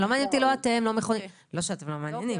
לא מעניינים אותי: לא אתם לא שאתם לא מעניינים,